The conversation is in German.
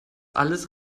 alles